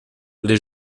les